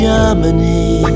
Germany